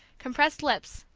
compressed lips,